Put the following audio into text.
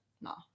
no